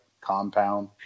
compound